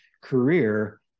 career